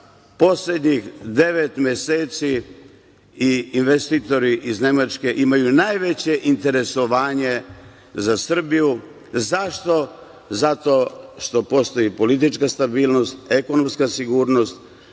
poslednjih devet meseci i investitori iz Nemačke imaju najveće interesovanje za Srbiju. Zašto? Zato što postoji politička stabilnost, ekonomska sigurnost,